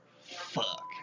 Fuck